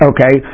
Okay